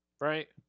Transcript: right